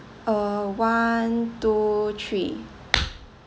uh one two three